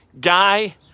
guy